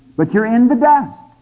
but you are in the dust.